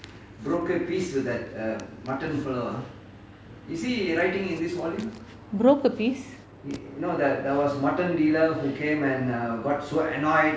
broker piece